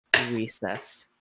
recess